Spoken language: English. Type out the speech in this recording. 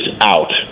out